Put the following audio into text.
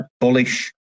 bullish